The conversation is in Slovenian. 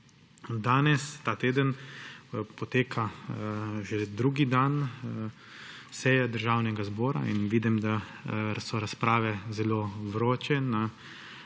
Danes, ta teden poteka že drugi dan seja Državnega zbora in vidim, da so razprave zelo vroče na